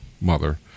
mother